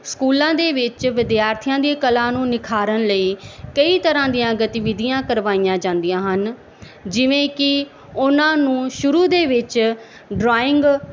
ਸਕੂਲਾਂ ਦੇ ਵਿੱਚ ਵਿਦਿਆਰਥੀਆਂ ਦੀਆਂ ਕਲਾ ਨੂੰ ਨਿਖਾਰਨ ਲਈ ਕਈ ਤਰ੍ਹਾਂ ਦੀਆਂ ਗਤੀਵਿਧੀਆਂ ਕਰਵਾਈਆਂ ਜਾਂਦੀਆਂ ਹਨ ਜਿਵੇਂ ਕਿ ਉਹਨਾਂ ਨੂੰ ਸ਼ੁਰੂ ਦੇ ਵਿੱਚ ਡਰਾਇੰਗ